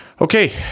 okay